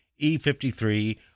E53